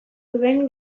duen